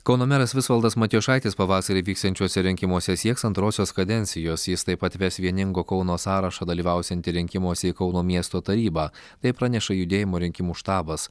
kauno meras visvaldas matijošaitis pavasarį vyksiančiuose rinkimuose sieks antrosios kadencijos jis taip pat ves vieningo kauno sąrašą dalyvausiantį rinkimuose į kauno miesto tarybą tai praneša judėjimo rinkimų štabas